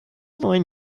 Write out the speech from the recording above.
neun